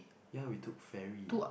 ya we took ferry